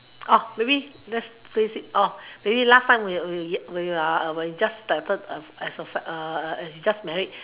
oh maybe this oh maybe last time when we are when we started as fam~ just marriage